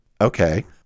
Okay